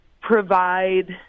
provide